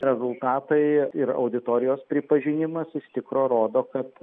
rezultatai ir auditorijos pripažinimas iš tikro rodo kad